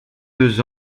deux